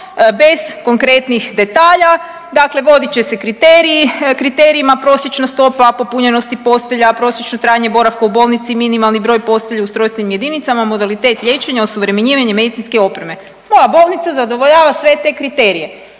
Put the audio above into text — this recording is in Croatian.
bez konkretnih detalja, dakle vodit će se kriteriji, kriterijima, prosječna stopa popunjenosti postelja, prosječno trajanje boravka u bolnici, minimalni broj postelja u ustrojstvenim jedinicama, modalitet liječenja, osuvremenjivanje medicinske opreme. Moja bolnica zadovoljava sve te kriterije,